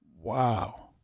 Wow